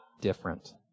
different